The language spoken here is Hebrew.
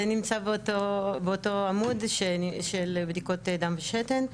זה נמצא באותו עמוד של בדיקות דם ושתן,